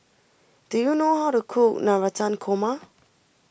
do you know how to cook Navratan Korma